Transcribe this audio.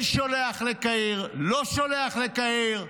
כן שולח לקהיר, לא שולח לקהיר.